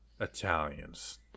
italians